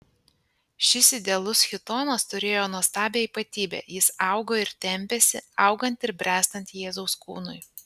šis idealus chitonas turėjo nuostabią ypatybę jis augo ir tempėsi augant ir bręstant jėzaus kūnui